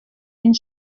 une